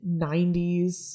90s